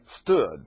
stood